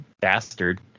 Bastard